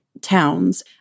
towns